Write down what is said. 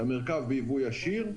את המרכב ביבוא ישיר.